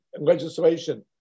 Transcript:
legislation